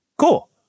Cool